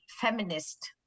feminist